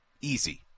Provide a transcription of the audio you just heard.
easy